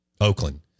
Oakland